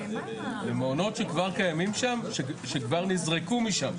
למעונות שכבר קיימים שם ושכבר נזרקו משם,